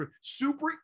super